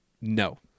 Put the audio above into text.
no